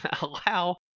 allow